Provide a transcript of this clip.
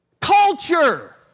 Culture